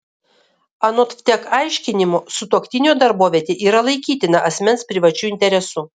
anot vtek aiškinimo sutuoktinio darbovietė yra laikytina asmens privačiu interesu